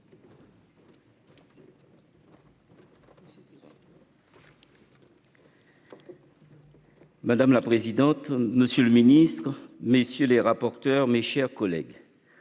Madame la présidente, monsieur le ministre, messieurs les rapporteurs, mes chers collègues.